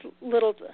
little